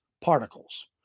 particles